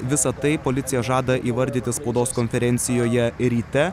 visa tai policija žada įvardyti spaudos konferencijoje ryte